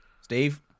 Steve